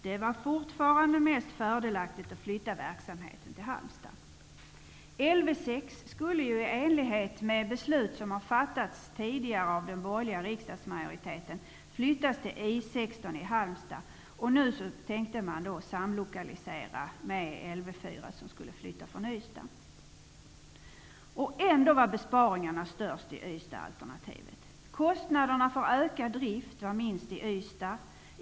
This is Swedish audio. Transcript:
Det var fortfarande mest fördelaktigt att flytta verksamheten till Halmstad. Ändå var besparingarna störst i Ystadalternativet. Kostnaderna för ökad drift var minst i Ystad.